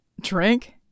Drink